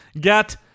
Get